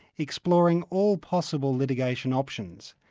exploring all possible litigation options,